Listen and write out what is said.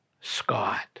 Scott